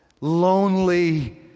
lonely